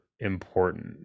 Important